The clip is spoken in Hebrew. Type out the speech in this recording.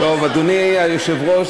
אדוני היושב-ראש,